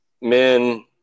men